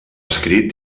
escrit